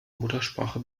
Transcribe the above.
muttersprache